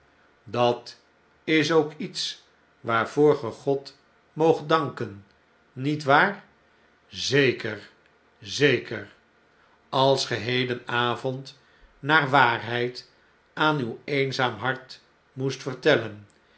dat is ook iets waarvoor ge god moogt danken niet waar zeker zeker i g als ge hedenavond naar waarheid aan uw eenzaam hart moest vertellen